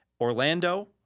Orlando